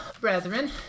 brethren